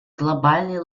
глобальный